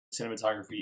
cinematography